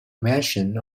invention